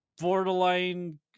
borderline